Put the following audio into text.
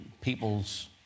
people's